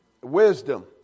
Wisdom